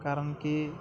कारण की